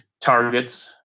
targets